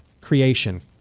creation